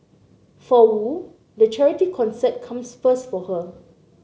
for Wu the charity concert comes first for her